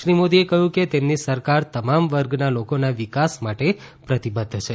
શ્રી મોદીએ કહ્યું કે તેમની સરકાર તમામ વર્ગના લોકોના વિકાસ માટે પ્રતિબદ્ધ છે